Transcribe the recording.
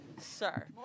sir